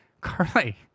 Carly